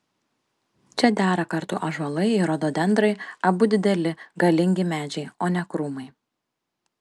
čia dera kartu ąžuolai ir rododendrai abu dideli galingi medžiai o ne krūmai